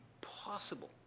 possible